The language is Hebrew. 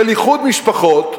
של איחוד משפחות,